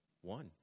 One